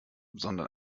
sondern